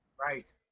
Right